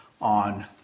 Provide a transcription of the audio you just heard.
on